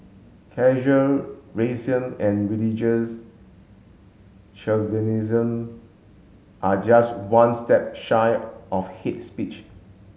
casual racism and religious chauvinism are just one step shy of hate speech